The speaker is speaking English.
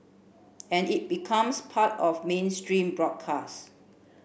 and it becomes part of mainstream broadcast